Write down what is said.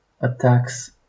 attacks